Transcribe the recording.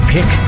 Pick